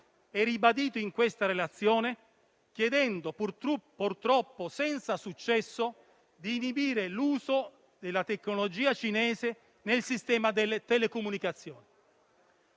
e ribadito in questa relazione, chiedendo, purtroppo senza successo, di inibire l'uso della tecnologia cinese nel sistema delle telecomunicazioni.